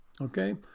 Okay